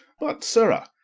but, sirrah,